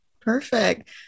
Perfect